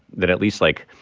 that at least, like,